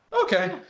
Okay